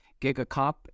GigaCop